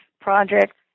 project